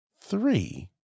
three